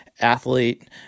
athlete